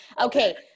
Okay